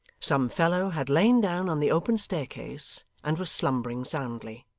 some fellow had lain down on the open staircase, and was slumbering soundly.